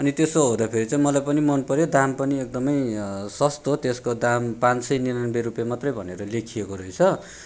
अनि त्यसो हुँदा फेरि चाहिँ मलाई पनि मन पऱ्यो दाम पनि एकदम सस्तो त्यसको दाम पाँच सय उनानब्बे रुप्पे मात्र भनेर लेखिएको रहेछ